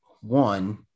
one